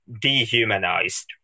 dehumanized